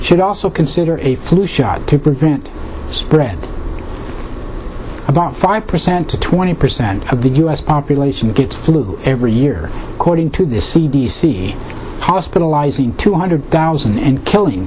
should also consider a flu shot to prevent spread about five percent to twenty percent of the u s population gets flu every year according to the c d c hospitalizing two hundred thousand and killing